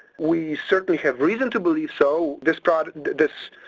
we certainly have reason to believe so. this prod this,